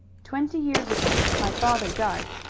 twenty years ago my father died,